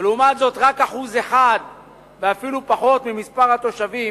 ולעומת זאת רק 1% ואפילו פחות, מהתושבים